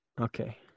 Okay